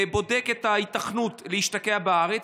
בודק את ההיתכנות להשתקע בארץ,